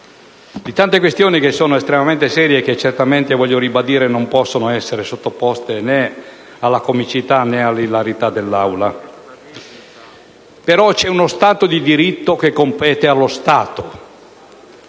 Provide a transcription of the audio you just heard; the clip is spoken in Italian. di tante questioni che sono estremamente serie e che certamente, voglio ribadirlo, non possono essere sottoposte né alla comicità né all'ilarità dell'Aula, però c'è uno Stato di diritto che compete allo Stato: